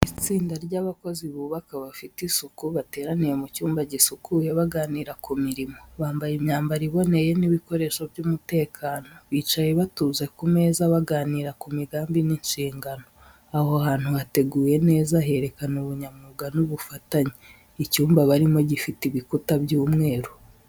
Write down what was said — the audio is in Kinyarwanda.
Itsinda ry’abakozi bubaka bafite isuku bateraniye mu cyumba gisukuye baganira ku mirimo. Bambaye imyambaro iboneye n’ibikoresho by’umutekano, bicaye batuje ku meza baganira ku migambi n’inshingano. Aho hantu hateguye neza herekana ubunyamwuga n’ubufatanye. Icyumba barimo gifite ibikuta by'umweru.